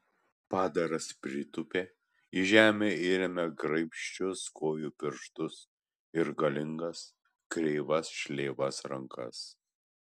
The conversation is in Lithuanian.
padaras pritūpė į žemę įrėmė graibščius kojų pirštus ir galingas kreivas šleivas rankas